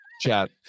chat